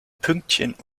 pünktchen